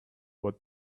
what